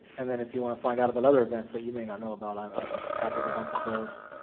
and then if you want to find out about other events that you may not know about i'm i'm happy to help with those.